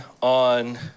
on